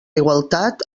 igualtat